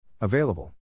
Available